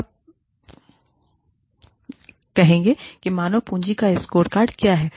आप कहेंगे कि मानव पूँजी स्कोरकार्ड क्या हैं